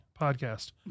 podcast